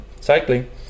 cycling